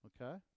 Okay